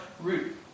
root